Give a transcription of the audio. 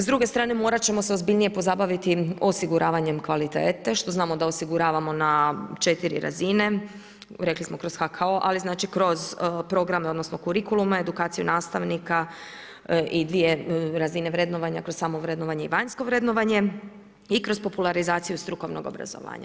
S druge strane morat ćemo se ozbiljnije pozabaviti osiguravanjem kvalitete što znamo da osiguravamo na 4 razine, rekli smo kroz HKO ali znači kroz programe odnosno kurikulume, edukaciju nastavnika i dvije razine vrednovanja kroz samo vrednovanje i vanjsko vrednovanje i kroz popularizaciju strukovnog obrazovanja.